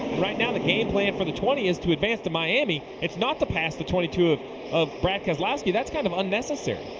right now the game plan for the twenty is to advance to miami. it's not to pass the twenty two of of brad keselowski. that's kind of unnecessary.